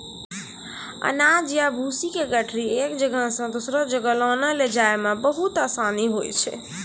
अनाज या भूसी के गठरी एक जगह सॅ दोसरो जगह लानै लै जाय मॅ बहुत आसानी होय छै